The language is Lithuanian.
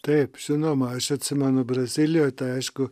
taip žinoma aš atsimenu brazilijoj tai aišku